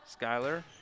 Skyler